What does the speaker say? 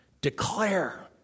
Declare